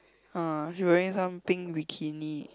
uh she wearing some pink bikini